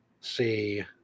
see